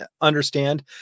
understand